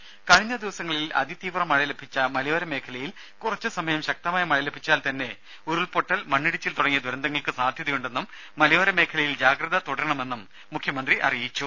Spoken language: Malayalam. രേര കഴിഞ്ഞ ദിവസങ്ങളിൽ അതിതീവ്ര മഴ ലഭിച്ച മലയോര മേഖലയിൽ കുറച്ചു സമയം ശക്തമായ മഴ ലഭിച്ചാൽ തന്നെ ഉരുൾപൊട്ടൽ മണ്ണിടിച്ചിൽ തുടങ്ങിയ ദുരന്തങ്ങൾക്ക് സാധ്യതയുണ്ടെന്നും മലയോര മേഖലയിൽ ജാഗ്രത തുടരണമെന്നും മുഖ്യമന്ത്രി പിണറായി വിജയൻ അറിയിച്ചു